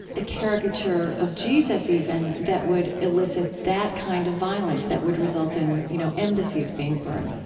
a caricature of jesus, even, that would elicit that kind of violence that would result in, you know, embassies being burned.